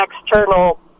external